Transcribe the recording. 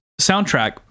soundtrack